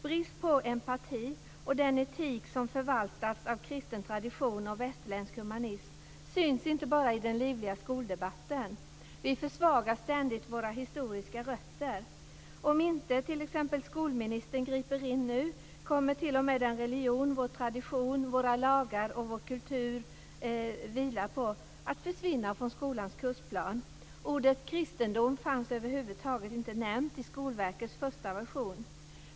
Brist på empati, den etik som förvaltats av kristen tradition och västerländsk humanism, syns inte bara i den livliga skoldebatten. Vi försvagar ständigt våra historiska rötter. Om inte t.ex. skolministern griper in nu kommer t.o.m. den religion vår tradition, våra lagar och vår kultur vilar på att försvinna från skolans kursplan. Ordet kristendom fanns över huvud taget inte nämnt i Skolverkets första version.